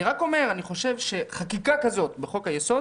אני רק אומר שחקיקה כזו בחוק יסוד